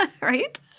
Right